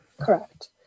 Correct